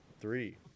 Three